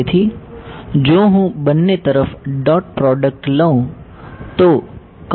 તેથી જો હું બંને તરફ ડોટ પ્રોડક્ટ લઉં તો